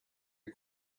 les